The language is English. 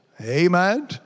Amen